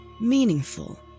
meaningful